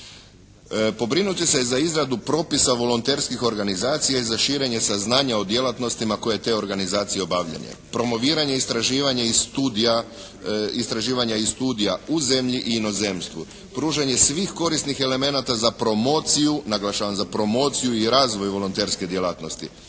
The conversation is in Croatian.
Pobrinuti se za izradu propisa volonterskih organizacija i za širenje saznanja o djelatnostima koje te organizacije obavljaju. Promoviranje, istraživanje i studija, istraživanja i studija u zemlji i inozemstvu. Pružanje svih korisnih elemenata za promociju, naglašavam za promociju i razvoj volonterske djelatnosti.